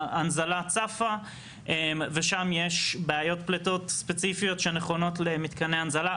הנזלה צפה ושם יש בעיות פליטות ספציפיות שנכונות למתקני הנזלה.